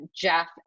Jeff